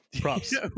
props